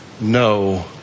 no